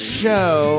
show